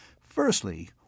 Firstly